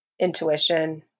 intuition